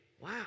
Wow